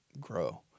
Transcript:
grow